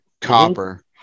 copper